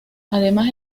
además